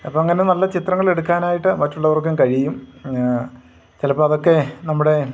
അപ്പോൾ അങ്ങനെ നല്ല ചിത്രങ്ങളെടുക്കാനായിട്ട് മറ്റുള്ളവർക്കും കഴിയും ചിലപ്പോൾ അതൊക്കെ നമ്മുടെ